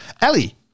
ellie